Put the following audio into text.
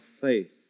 faith